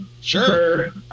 Sure